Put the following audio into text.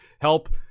help